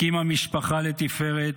הקימה משפחה לתפארת,